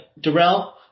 Darrell